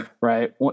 right